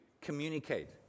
communicate